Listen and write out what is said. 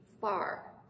far